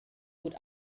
would